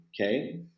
Okay